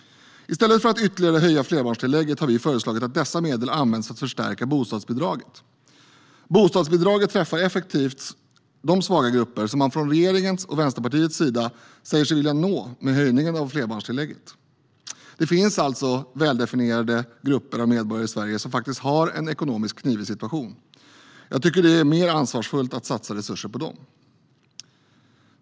I stället för att ytterligare höja flerbarnstillägget har vi föreslagit att dessa medel används för att förstärka bostadsbidraget. Bostadsbidraget träffar effektivt de svaga grupper som man från regeringens och Vänsterpartiets sida säger sig vilja nå med höjningen av flerbarnstillägget. Det finns alltså väldefinierade grupper av medborgare i Sverige som har en ekonomiskt knivig situation. Jag tycker att det är mer ansvarsfullt att satsa dessa resurser på dem.